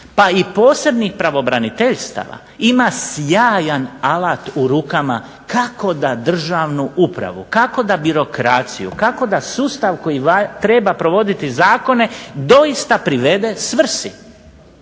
pa i posebnih pravobraniteljstava ima sjajan alat u rukama kako da državnu upravo kako da birokraciju, kako da sustav koji treba provoditi zakone doista privede svrsi,